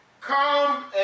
come